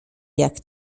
jak